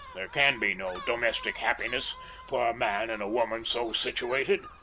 there can be no domestic happiness for a man and woman so situated.